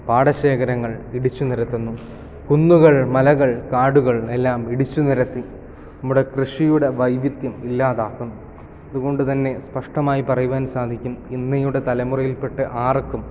പാടശേഖരങ്ങൾ ഇടിച്ചു നിർത്തുന്നു കുന്നുകൾ മലകൾ കാടുകൾ എല്ലാം ഇടിച്ചു നിരത്തി നമ്മുടെ കൃഷിയുടെ വൈവിധ്യം ഇല്ലാതാക്കും അതുകൊണ്ടു തന്നെ സ്പഷ്ടമായി പറയുവാൻ സാധിക്കും ഇന്നയുടെ തലമുറയിൽ പെട്ട ആർക്കും